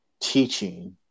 teaching